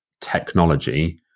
technology